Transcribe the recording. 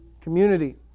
community